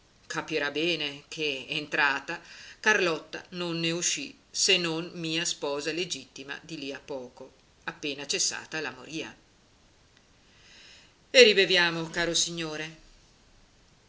capirà bene che entrata carlotta non ne uscì se non mia sposa legittima di lì a poco appena cessata la moria e ribeviamo caro signore